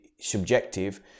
subjective